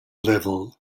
level